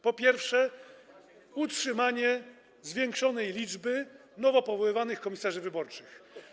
Po pierwsze, utrzymanie zwiększonej liczby nowo powoływanych komisarzy wyborczych.